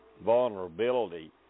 vulnerability